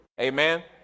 Amen